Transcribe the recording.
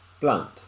Blunt